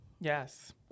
Yes